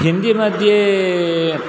हिन्दी मध्ये